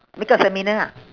makeup seminar ha